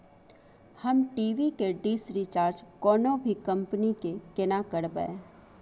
हम टी.वी के dish recharge कोनो भी कंपनी के केना करबे?